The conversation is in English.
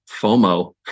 FOMO